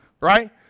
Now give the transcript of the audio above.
right